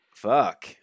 fuck